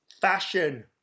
fashion